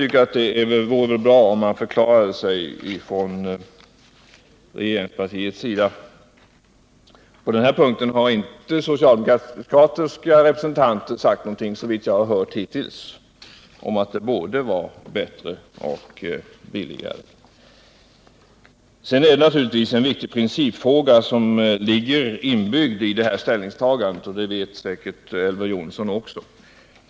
Eller hur? Det vore bra om man förklarade sig från regeringspartiets sida. Såvitt jag har hört har inte socialdemokratiska representanter hittills sagt något om att anställningsgarantin är både bättre och billigare. Sedan är det naturligtvis en viktig principfråga inbyggd i det här ställningstagandet. Det vet säkert Elver Jonsson också.